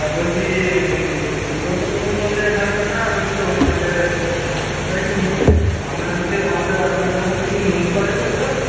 আর বলছি এদিকেও তো পৌষ মাসে ধান কাটা আর ওদিকেও তাহলে এবারে কি আপনাদের আমাদের আপনাদের ওখান থেকে কি মুনিশ পাওয়া যাবে এ বছর